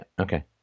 okay